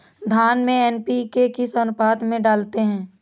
धान में एन.पी.के किस अनुपात में डालते हैं?